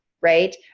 right